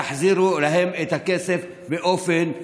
תחזירו להם את הכסף באופן מיידי.